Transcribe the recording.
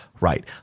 right